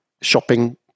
shopping